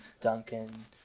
Duncan